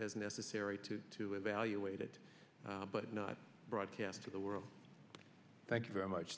as necessary to to evaluate it but not broadcast to the world thank you very much